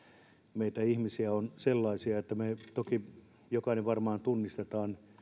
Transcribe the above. meitä ihmisiä on sellaisia että me toki jokainen varmaan tunnistamme